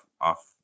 off